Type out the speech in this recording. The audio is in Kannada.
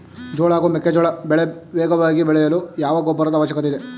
ಜೋಳ ಹಾಗೂ ಮೆಕ್ಕೆಜೋಳ ಬೆಳೆ ವೇಗವಾಗಿ ಬೆಳೆಯಲು ಯಾವ ಗೊಬ್ಬರದ ಅವಶ್ಯಕತೆ ಇದೆ?